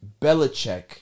Belichick